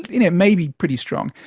you know it may be pretty strong.